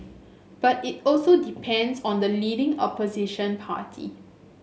but it also depends on the leading opposition party